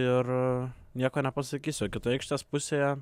ir nieko nepasakysiu o kitoje aikštės pusėje